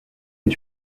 est